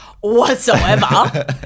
whatsoever